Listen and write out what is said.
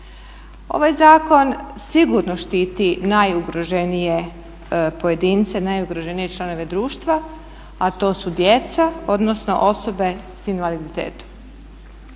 Ovaj zakon sigurno štiti najugroženije pojedince, najugroženije članove društva, a to su djeca odnosno osobe s invaliditetom.